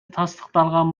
тастыкталган